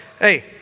hey